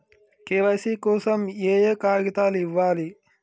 KYC కోసం ఏయే కాగితాలు ఇవ్వాలి?